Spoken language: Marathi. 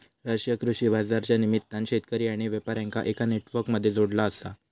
राष्ट्रीय कृषि बाजारच्या निमित्तान शेतकरी आणि व्यापार्यांका एका नेटवर्क मध्ये जोडला आसा